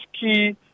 key